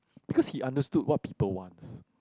because he understood what people wants